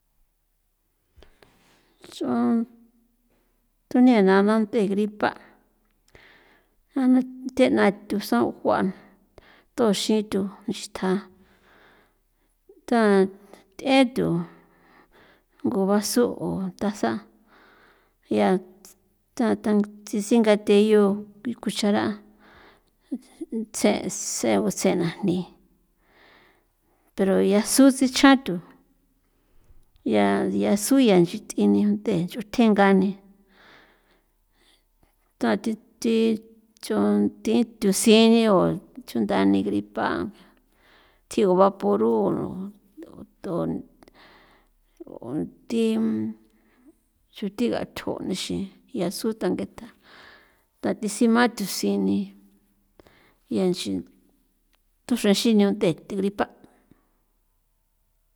Nch'on tune na mante gripa' a na theꞌna tho son juan toxin thu xtja tan th'etho ngu vaso o taza ya tan tan thesingathe yu kuxara tsen sen use najni pero yasu chi chja thu ya yasu ya nchi t'ini unte ni nch'u tenga ni ta thi thi chon thi thu sini o chunda ni gripa tjigu vaporu o ton o thi chuthi gathjo nixin yasu tang'eta ta thi sima thusin ni ya nchi tuxrexin nunte thi gripa'.